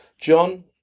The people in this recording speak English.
John